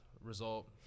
result